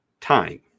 time